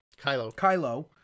Kylo